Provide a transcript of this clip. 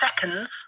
seconds